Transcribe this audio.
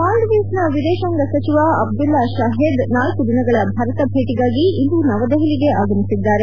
ಮಾಲ್ಡೀವ್ಸ್ನ ವಿದೇಶಾಂಗ ಸಚಿವ ಅಬ್ದುಲ್ಲಾ ಶಾಹಿದ್ ನಾಲ್ಕು ದಿನಗಳ ಭಾರತ ಭೇಟಿಗಾಗಿ ಇಂದು ನವದೆಹಲಿಗೆ ಆಗಮಿಸಿದ್ದಾರೆ